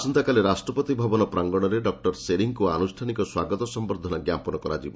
ଆସନ୍ତାକାଲି ରାଷ୍ଟ୍ରପତି ଭବନ ପ୍ରାଙ୍ଗଣରେ ଡକ୍ଟର ସେରିଂଙ୍କୁ ଆନୁଷ୍ଠାନିକ ସ୍ୱାଗତ ସମ୍ଭର୍ଦ୍ଧନା ଜ୍ଞାପନ କରାଯିବ